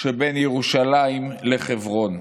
שבין ירושלים לחברון,